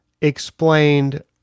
explained